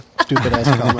stupid-ass